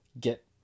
get